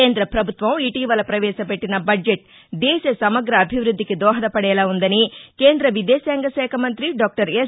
కేంద్రాపభుత్వం ఇటీవల ప్రవేశపెట్టిన బద్జెట్ దేశ సమగ్ర అభివృద్దికి దోహదపడేలా ఉందని కేంద్ర విదేశాంగ శాఖ మంతి డాక్టర్ ఎస్